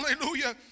hallelujah